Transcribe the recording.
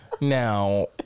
Now